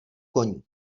koní